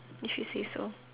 if you say so